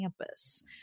campus